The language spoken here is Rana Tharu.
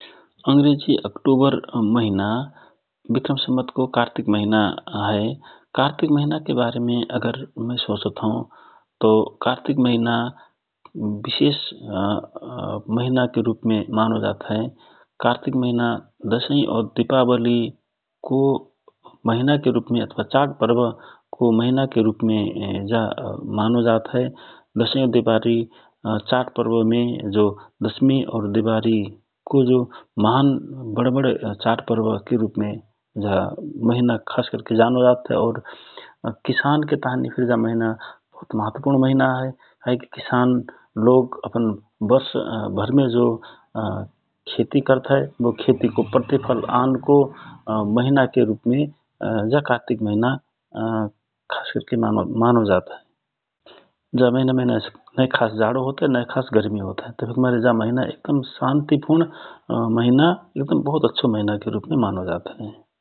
अंग्रेजी अक्टुवर महिना विक्रम संवतको कातिक महिना हए । कातिक महिना के बारेमे अगर मय सोचत हौ तव कातिक महिना विशेष महिनाके रूपमे मानो जात हए । कातिक महिना दशै औ दिवारीको महिनाके रूपमे अथवा चाडपर्व महिनाके रूपमे मानोजात हए दशै औ दिवारी चाडपर्व मे दशै और दिवारीको महान वड, वड चाड पर्व के रूपमे जा महिना खास करके जानो जात हए और किसान के ताँहि जा महिना बहुत महत्वपुर्ण महिना हए। किसान लोग अपन वर्ष भरमे जो खेति करत हए बो खेतिको प्रतिफल आनको महिनाके रूपमे जा कातिक महिना खास करके मानोजात हए । जा महिना मे नय खास जाडो होत हए नय गर्मि होत हए जा महिना एक दम शान्तिपुर्ण महिना एक दम अच्छो महिना के रूपमे मानो जात हए ।